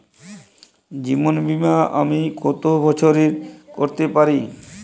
জীবন বীমা আমি কতো বছরের করতে পারি?